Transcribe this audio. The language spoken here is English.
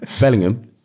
Bellingham